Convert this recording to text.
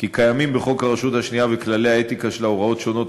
כי יש בחוק הרשות השנייה ובכללי האתיקה שלה הוראות שונות